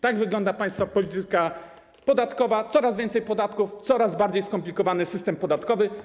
Tak wygląda państwa polityka podatkowa - coraz więcej podatków, coraz bardziej skomplikowany system podatkowy.